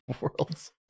world's